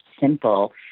simple